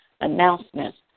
announcements